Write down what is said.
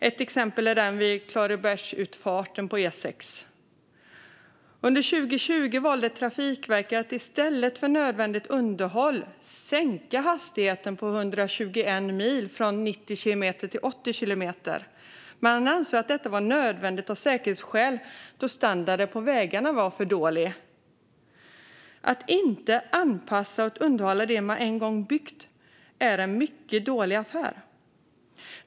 Ett exempel är den vid Klarebergsutfarten på E6. Under 2020 valde Trafikverket att i stället för nödvändigt underhåll sänka hastigheten på 121 mil vägar från 90 kilometer till 80 kilometer. Man ansåg att detta var nödvändigt av säkerhetsskäl eftersom standarden på vägarna var för dålig. Att inte anpassa och underhålla det man en gång byggt är en mycket dålig affär.